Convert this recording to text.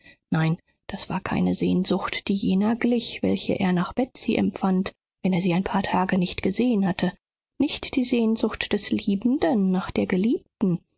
nein das war keine sehnsucht die jener glich welche er nach betsy empfand wenn er sie ein paar tage nicht gesehn hatte nicht die sehnsucht des liebenden nach der geliebten